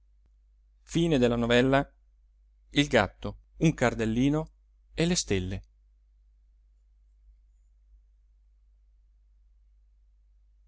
modo consolare il gatto un cardellino e le stelle